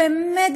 באמת,